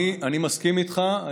אני מסכים איתך,